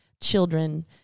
Children